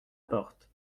porte